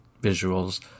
visuals